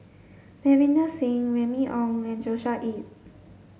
Davinder Singh Remy Ong and Joshua Ip